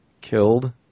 killed